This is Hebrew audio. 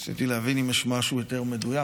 ניסיתי להבין אם יש משהו יותר מדויק,